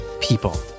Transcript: people